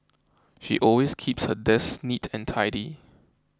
she always keeps her desk neat and tidy